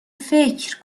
فکر